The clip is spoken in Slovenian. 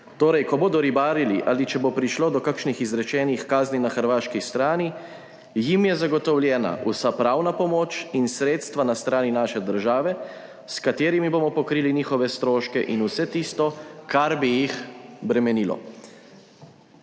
»torej ko bodo ribarili ali če bo prišlo do kakšnih izrečenih kazni na hrvaški strani, jim je zagotovljena vsa pravna pomoč in sredstva na strani naše države, s katerimi bomo pokrili njihove stroške in vse tisto, kar bi jih bremenilo.«